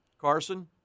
Carson